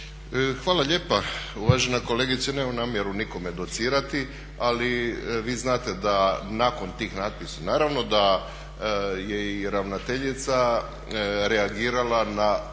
Hvala lijepa. Uvažena kolegice, nemam namjeru nikome docirati ali vi znate da nakon tih natpisa, naravno da je i ravnateljica reagirala na